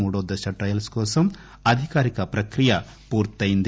మూడో దశ ట్రయల్స్ కోసం అధికారిక ప్రక్రియ పూర్తయింది